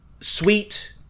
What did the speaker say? sweet